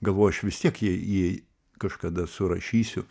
galvoju aš vis tiek jai jai kažkada surašysiu